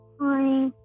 Hi